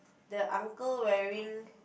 the uncle wearing